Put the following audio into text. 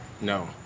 no